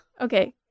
Okay